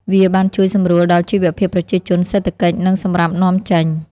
វាបានជួយសម្រួលដល់ជីវភាពប្រជាជន សេដ្ឋកិច្ច និងសម្រាប់នាំចេញ។